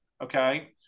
okay